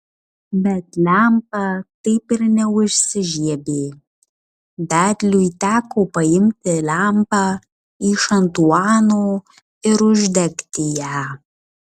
bet lempa taip ir neužsižiebė vedliui teko paimti lempą iš antuano ir uždegti ją